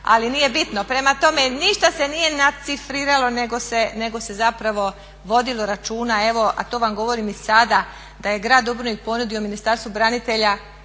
ali nije bitno. Prema tome, ništa se nije nacifriralo nego se zapravo vodilo računa evo, a to vam govorim i sada da je grad Dubrovnik ponudio Ministarstvu branitelja